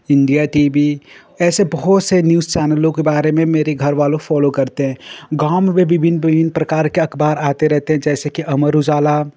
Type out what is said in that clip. India TV वी ऐसे बहुत से न्यूज़ चैनलों के बारे में मेरे घरवाले फ़ॉलो करते हैं गाँव में भी विभिन्न विभिन्न प्रकार के अख़बार आते रहते हैं जैसे कि अमर उज़ाला